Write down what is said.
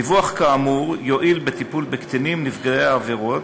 דיווח כאמור יועיל בטיפול בקטינים נפגעי העבירות,